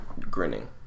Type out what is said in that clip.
grinning